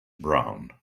brown